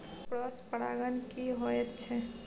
Cross परागण की होयत छै?